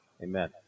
Amen